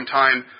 time